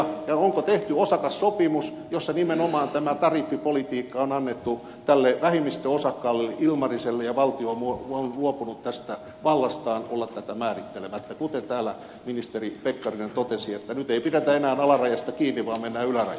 ja onko tehty osakassopimus jossa nimenomaan tämä tariffipolitiikka on annettu tälle vähemmistöosakkaalle ilmariselle ja valtio on luopunut vallastaan olla tätä määrittelemättä kuten täällä ministeri pekkarinen totesi että nyt ei pidetä enää alarajasta kiinni vaan mennään ylärajaan